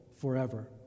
forever